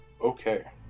Okay